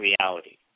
reality